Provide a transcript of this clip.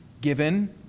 Given